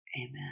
amen